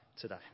today